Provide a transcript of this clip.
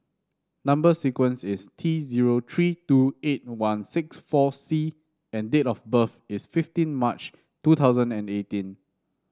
number sequence is T zero three two eight one six four C and date of birth is fifteen March two thousand and eighteen